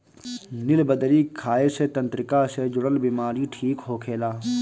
निलबदरी के खाए से तंत्रिका से जुड़ल बीमारी ठीक होखेला